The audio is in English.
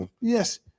yes